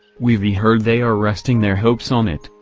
we ve heard they are resting their hopes on it,